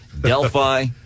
Delphi